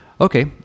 Okay